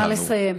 נא לסיים.